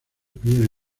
primer